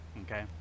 okay